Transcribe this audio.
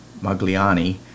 magliani